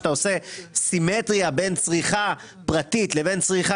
שזאת התכנית הגדולה שלהם והיא נכונה מבחינת מה שמוכנים לתת לחקלאות,